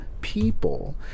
people